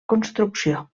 construcció